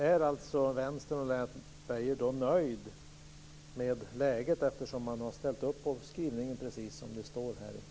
Är Vänstern och Lennart Beijer nöjda med läget, eftersom man har ställt upp på skrivningen som den står i betänkandet?